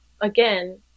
again